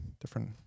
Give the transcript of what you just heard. different